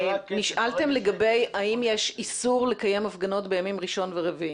נשאלתם לגבי האם יש איסור לקיים הפגנות בימים ראשון או רביעי.